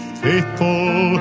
faithful